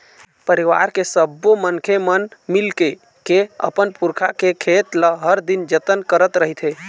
परिवार के सब्बो मनखे मन मिलके के अपन पुरखा के खेत ल हर दिन जतन करत रहिथे